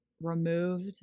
removed